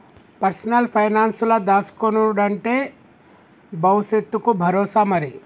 personal పైనాన్సుల దాస్కునుడంటే బవుసెత్తకు బరోసా మరి